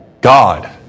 God